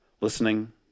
listening